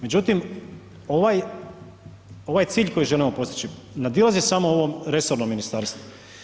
Međutim, ovaj cilj koji želimo postići nadilazi samo ovo resorno ministarstvo.